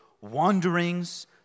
wanderings